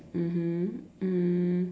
mmhmm mm